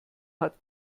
hat